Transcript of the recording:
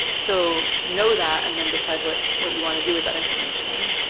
so, know that and then decide what what you want to do with that information.